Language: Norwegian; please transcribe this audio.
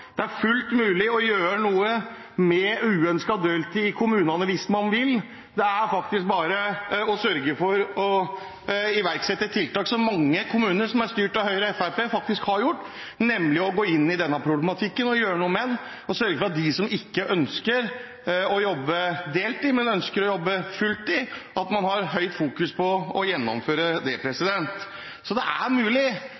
det er fullt mulig å gjøre noe med uønsket deltid i kommunene hvis man vil. Det er faktisk bare å sørge for å iverksette tiltak, noe mange kommuner som er styrt av Høyre og Fremskrittspartiet, har gjort – nemlig å gå inn i denne problematikken og gjøre noe med den – gjennomføre tiltak for dem som ikke ønsker å jobbe deltid, men som ønsker å jobbe fulltid. Det er mulig hvis det er politisk vilje. Så får man jo se hvordan det